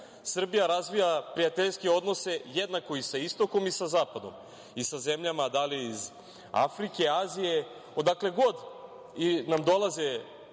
Srbija razvija prijateljske odnose jednako i sa istokom i sa zapadom, i sa zemljama iz Afrike, Azije, odakle god nam dolaze